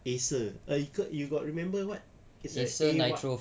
Acer uh you got you got remember what it's a A what